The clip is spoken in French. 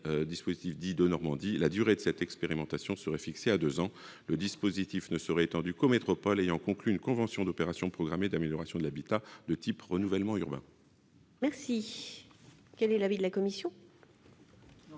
dit « Denormandie ». La durée de cette expérimentation serait fixée à deux ans. Le dispositif ne serait étendu qu'aux métropoles ayant conclu une convention d'opération programmée d'amélioration de l'habitat de type renouvellement urbain.